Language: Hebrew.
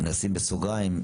נשים בסוגריים: